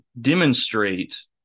demonstrate